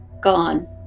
gone